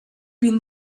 been